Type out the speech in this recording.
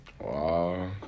Wow